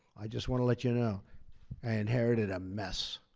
i just want to let you know i inherited a mess.